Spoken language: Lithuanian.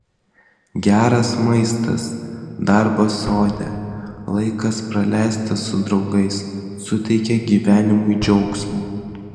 geras maistas darbas sode laikas praleistas su draugais suteikia gyvenimui džiaugsmo